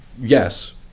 Yes